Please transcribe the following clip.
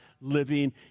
living